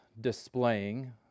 displaying